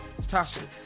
Tasha